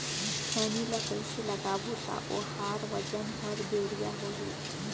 खैनी ला कइसे लगाबो ता ओहार वजन हर बेडिया होही?